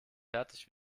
fertig